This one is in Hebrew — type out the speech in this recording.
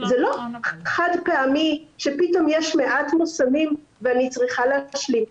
זה לא חד פעמי שפתאום יש מעט מושמים ואני צריכה להשלים.